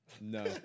No